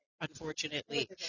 unfortunately